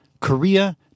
korea